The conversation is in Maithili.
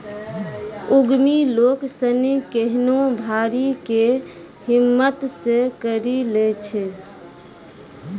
उद्यमि लोग सनी केहनो भारी कै हिम्मत से करी लै छै